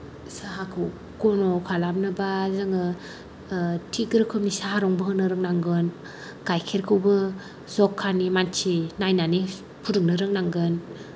साहाखौ घन' खालामनोबा जोङो थिक रोखोमनि साहा रंबो होनो रोंनांगोन गाइखेरखौबो जखानि मानसि नायनानै फुदुंनो रोंनांगोन